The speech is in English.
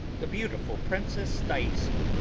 the beautiful princess thaisa.